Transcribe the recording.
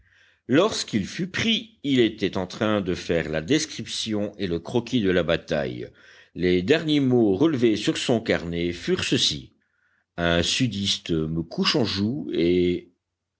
lorsqu'il fut pris il était en train de faire la description et le croquis de la bataille les derniers mots relevés sur son carnet furent ceux-ci un sudiste me couche en joue et